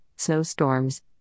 snowstorms